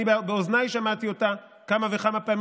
אני באוזניי שמעתי אותה כמה וכמה פעמים